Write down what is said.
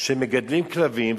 שמגדלים כלבים,